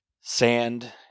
sand